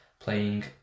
playing